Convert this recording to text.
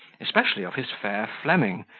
especially of his fair fleming,